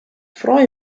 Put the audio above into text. freue